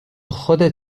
خودت